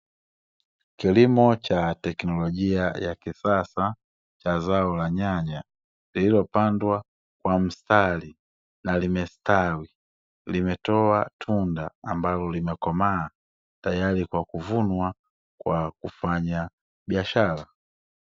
Kilimo cha teknolojia ya kisasa cha zao la nyanya lililopandwa kwa mstari na limestawi, limetoa tunda ambalo limekomaa tayari kwa kuvunwa kwa kufanya biashara..